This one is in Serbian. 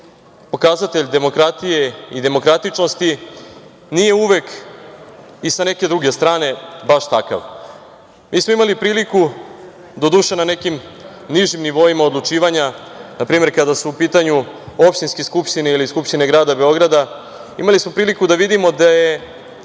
pokazatelj demokratije i demokratičnosti nije uvek i sa neke druge strane baš takav. Mi smo imali priliku, doduše na nekim nižim nivoima odlučivanja, na primer, kada su u pitanju opštinske skupštine ili Skupštine grada Beograda, imali smo priliku da vidimo da je